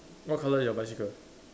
what colour your bicycle